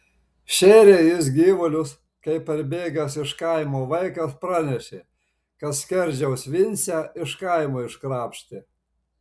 šėrė jis gyvulius kai parbėgęs iš kaimo vaikas pranešė kad skerdžiaus vincę iš kaimo iškrapštė